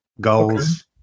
Goals